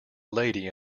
lady